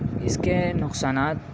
اس کے نقصانات